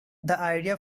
idea